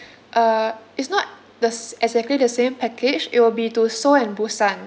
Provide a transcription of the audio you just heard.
uh it's not the s~ exactly the same package it will be to seoul and busan